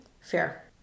Fair